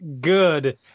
good